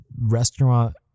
restaurant